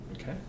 Okay